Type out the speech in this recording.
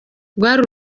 rwari